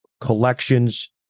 collections